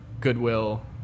goodwill